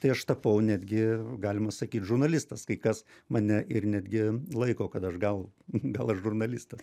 tai aš tapau netgi galima sakyt žurnalistas kai kas mane ir netgi laiko kad aš gal gal aš žurnalistas